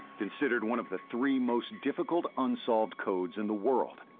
considered one of the three most difficult unsolved codes in the world.